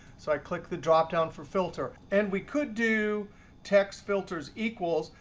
so i click the dropdown for filter. and we could do text filters equals,